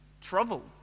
trouble